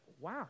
wow